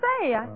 say